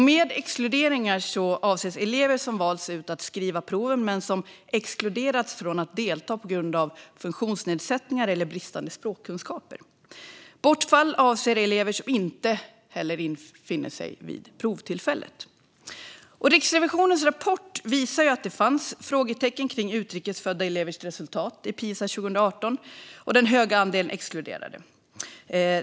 Med exkluderingar avses elever som valts ut att skriva proven men exkluderats från att delta på grund av funktionsnedsättningar eller bristande språkkunskaper. Bortfall avser elever som inte infinner sig vid provtillfället. Riksrevisionens rapport visar att det fanns frågetecken kring utrikesfödda elevers resultat i Pisa 2018 och den höga andelen exkluderade.